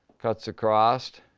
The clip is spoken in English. cuts across.